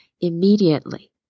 immediately